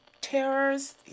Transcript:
terrors